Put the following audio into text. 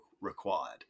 required